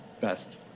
Best